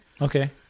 okay